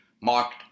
marked